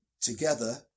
together